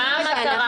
מה המטרה?